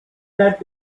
that